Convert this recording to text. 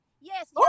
Yes